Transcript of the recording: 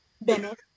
Bennett